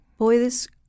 puedes